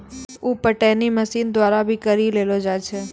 उप पटौनी मशीन द्वारा भी करी लेलो जाय छै